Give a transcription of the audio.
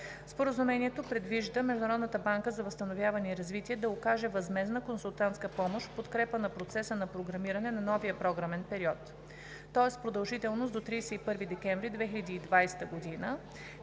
Споразумението предвижда Международната банка за възстановяване и развитие да окаже възмездна консултантска помощ в подкрепа на процеса на програмиране на новия програмен период. То е с продължителност до 31 декември 2020 г.